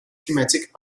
climatiques